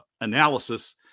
analysis